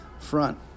front